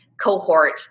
cohort